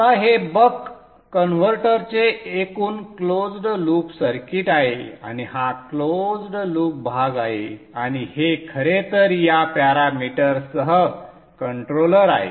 आता हे बक कन्व्हर्टरचे एकूण क्लोज्ड लूप सर्किट आहे आणि हा क्लोज्ड लूप भाग आहे आणि हे खरेतर या पॅरामीटर्ससह कंट्रोलर आहे